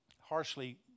harshly